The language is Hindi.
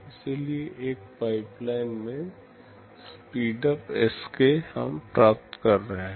इसलिए एक पाइपलाइन में स्पीडअप Sk हम प्राप्त कर रहे हैं